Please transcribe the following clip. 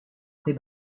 quei